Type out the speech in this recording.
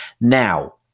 Now